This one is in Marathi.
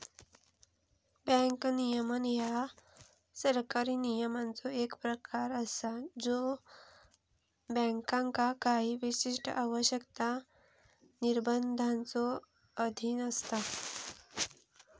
बँक नियमन ह्या सरकारी नियमांचो एक प्रकार असा ज्यो बँकांका काही विशिष्ट आवश्यकता, निर्बंधांच्यो अधीन असता